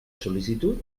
sol·licitud